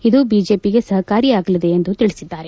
ಇದು ಬಿಜೆಪಿ ಸಹಕಾರಿಯಾಗಲಿದೆ ಎಂದು ತಿಳಿಸಿದ್ದಾರೆ